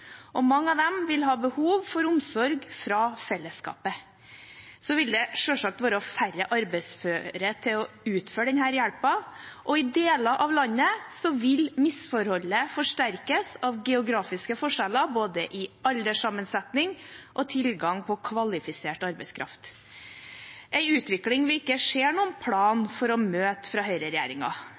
Mange av dem vil ha behov for omsorg fra fellesskapet. Det vil selvsagt være færre arbeidsføre til å utføre denne hjelpen, og i deler av landet vil misforholdet forsterkes av geografiske forskjeller både i alderssammensetning og i tilgang på kvalifisert arbeidskraft. Det er en utvikling vi ikke ser noen plan for å møte fra